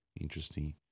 interesting